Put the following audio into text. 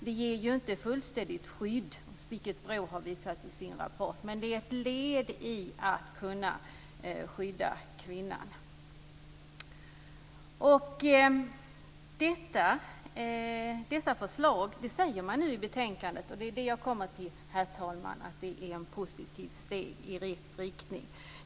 Det ger ju inte ett fullständigt skydd, vilket BRÅ har visat i sin rapport, men det är ett led i att kunna skydda kvinnan. I betänkandet säger man, herr talman, att dessa förslag är steg i rätt riktning.